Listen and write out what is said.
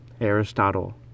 Aristotle